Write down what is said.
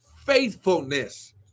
faithfulness